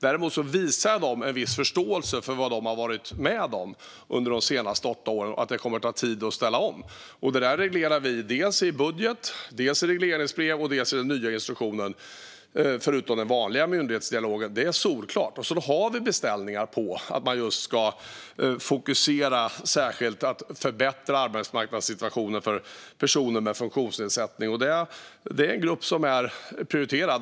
Däremot har jag en viss förståelse för vad Arbetsförmedlingen har varit med om under de senaste åtta åren och att det kommer att ta tid att ställa om. Detta reglerar vi dels i budget, dels i regleringsbrev, dels i den nya instruktionen förutom i den vanliga myndighetsdialogen. Det är solklart. Sedan har vi beställningar på att man ska fokusera särskilt på att förbättra arbetsmarknadssituationen för personer med funktionsnedsättning. Det är en grupp som är prioriterad.